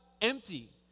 empty